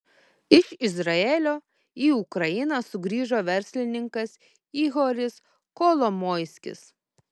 iš izraelio į ukrainą sugrįžo verslininkas ihoris kolomoiskis